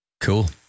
cool